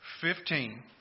fifteen